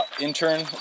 intern